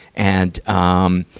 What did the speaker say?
and, um,